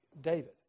David